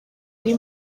ari